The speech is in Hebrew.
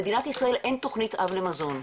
למדינת ישראל אין תכנית אב למזון.